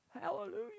Hallelujah